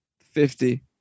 Fifty